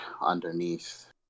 underneath